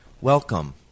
Welcome